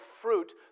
fruit